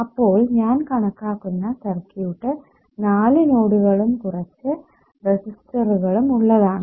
അപ്പോൾ ഞാൻ കണക്കാക്കുന്ന സർക്യൂട്ട് 4 നോഡുകളും കുറച്ച് റെസിസ്റ്ററുകളും ഉള്ളതാണ്